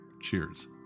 Cheers